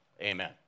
amen